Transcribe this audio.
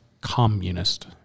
Communist